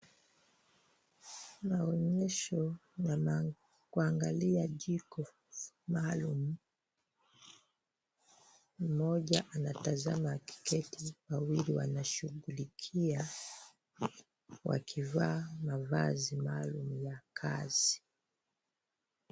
Maonyesho ya kuangalia jiko maalum. Mmoja anatazama akiketi. Wawili wanashughulikia wakivaa mavazi maalum ya kazi.